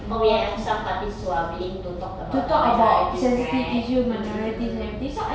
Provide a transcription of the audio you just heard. so we have some parties who are willing to talk about the minorities right mm mm mm